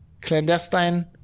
clandestine